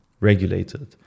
regulated